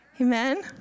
Amen